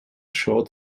shot